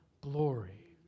glory